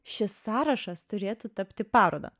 šis sąrašas turėtų tapti paroda